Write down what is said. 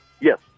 Yes